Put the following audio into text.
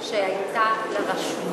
הם קיבלו את הסמכות שהייתה לרשויות.